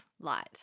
light